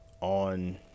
on